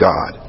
God